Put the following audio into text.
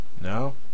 no